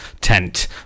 tent